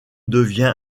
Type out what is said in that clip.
devient